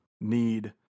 Need